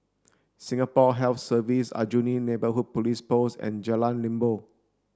Singapore Health Services Aljunied Neighbourhood Police Post and Jalan Limbok